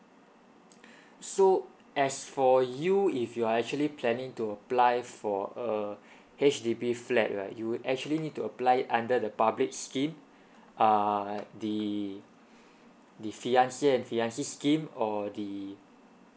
so as for you if you are actually planning to apply for a H_D_B flat right you actually need to apply it under the public scheme err the the fiance and fiancee scheme or the